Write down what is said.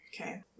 Okay